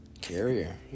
carrier